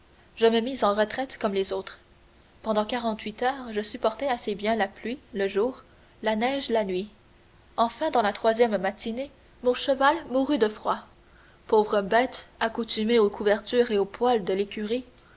je me mis en retraite comme les autres pendant quarante-huit heures je supportai assez bien la pluie le jour la neige la nuit enfin dans la troisième matinée mon cheval mourut de froid pauvre bête accoutumée aux couvertures et au poêle de l'écurie